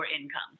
income